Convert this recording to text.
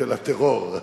של הטרור.